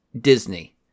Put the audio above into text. Disney